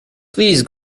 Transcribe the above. please